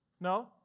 No